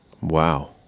Wow